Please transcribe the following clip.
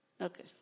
Okay